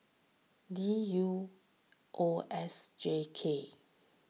D U O S J K